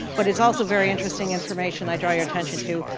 but it's also very interesting information i draw your attention to.